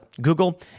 Google